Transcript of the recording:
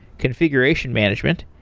configuration management,